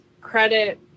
credit